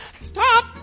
Stop